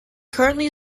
currently